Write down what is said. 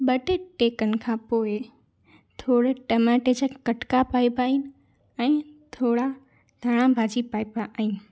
ॿ टे टहिकन खां पोइ थोरे टमाटे जा कटका पाइबा आहिनि ऐं थोरा धाणा भाॼी पाइबा आहिनि